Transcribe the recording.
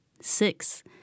six